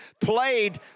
played